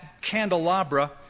candelabra